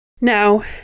Now